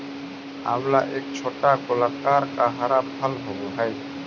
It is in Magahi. आंवला एक छोटा गोलाकार का हरा फल होवअ हई